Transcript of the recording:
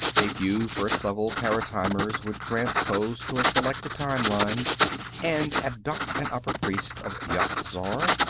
a few first level paratimers would transpose to a selected time-line and abduct an upper-priest of yat-zar,